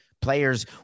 players